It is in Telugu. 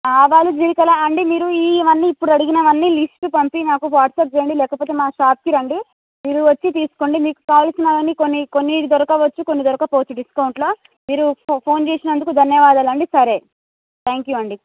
ఆవాలు జీలకల్ల అండి మీరు ఇవన్నీ ఇప్పుడడిగినవన్నీ లిస్ట్ పంపి నాకు వాట్సాప్ చేయండి లేకపోతే మా షాప్కి రండి మీరు వచ్చి తీసుకోండి మీకు కావాలిసినవన్నీ కొన్ని కొన్ని దొరకవచ్చు కొన్ని దొరకకపోవచ్చు డిస్కౌంట్లో మీరు ఫో ఫోన్ చేసినందుకు ధన్యవాదాలండి సరే త్యాంక్ యూ అండి